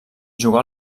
jugà